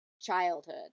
childhood